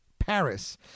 paris